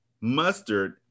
mustard